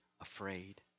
afraid